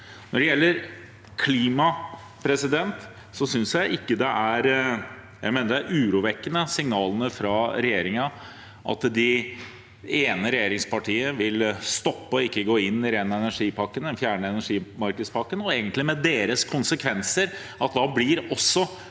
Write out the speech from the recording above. Når det gjelder klima, mener jeg det er urovekkende signaler fra regjeringen at det ene regjeringspartiet vil stoppe og ikke gå inn i ren energi-pakken, den fjerde energimarkedspakken. Egentlig blir da konsekvensen at også